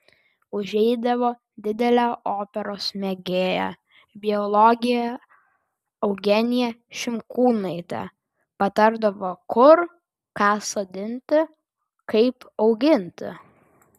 užeidavo didelė operos mėgėja biologė eugenija šimkūnaitė patardavo kur ką sodinti kaip auginti